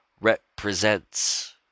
represents